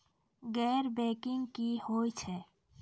गैर बैंकिंग की होय छै?